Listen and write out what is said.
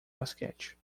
basquete